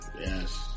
yes